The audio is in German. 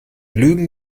lügen